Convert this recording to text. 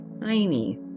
tiny